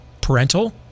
parental